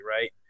right